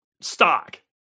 stock